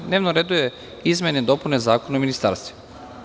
Na dnevnom redu je – Izmene i dopune zakona o ministarstvima.